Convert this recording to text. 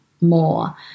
more